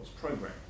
program